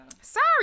Sorry